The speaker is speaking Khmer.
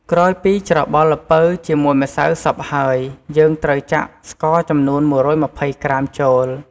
ក្រោយពីច្របល់ល្ពៅជាមួយម្សៅសព្វហើយ យើងត្រូវចាក់ស្ករចំនួន ១២០ក្រាមចូល។